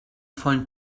vollen